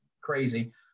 crazy